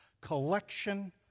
collection